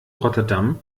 rotterdam